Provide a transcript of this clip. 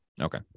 Okay